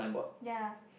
ya